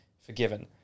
forgiven